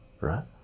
right